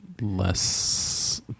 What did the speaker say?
less